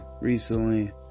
recently